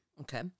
Okay